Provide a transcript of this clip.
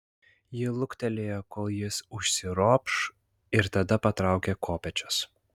ji luktelėjo kol jis užsiropš ir tada patraukė kopėčias